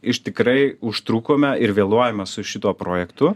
iš tikrai užtrukome ir vėluojame su šituo projektu